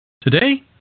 Today